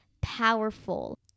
powerful